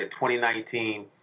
2019